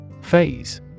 Phase